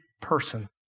person